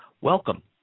Welcome